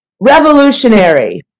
revolutionary